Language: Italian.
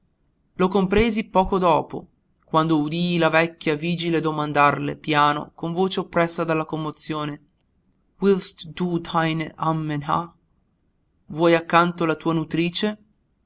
lo compresi poco dopo quando udii la vecchia vigile domandarle piano con voce oppressa dalla commozione willst du deine amme nah vuoi accanto la tua nutrice